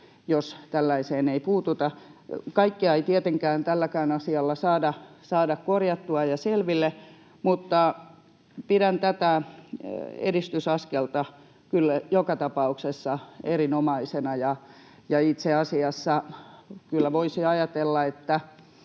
jos tällaiseen ei puututa. Kaikkea ei tietenkään tälläkään asialla saada korjattua ja selville, mutta pidän tätä edistysaskelta kyllä joka tapauksessa erinomaisena. Itse asiassa kyllä voisi ajatella, että